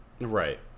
right